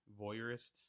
Voyeurist